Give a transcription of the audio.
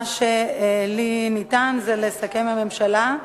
מה שלי ניתן, זה לסכם עם הממשלה.